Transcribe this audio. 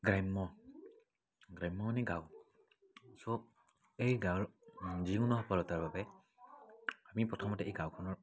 গ্ৰাম্য গ্ৰাম্য মানে গাঁও চ' এই গাঁৱৰ যিকোনো সফলতাৰ বাবে আমি প্ৰথমতে এই গাঁওখনৰ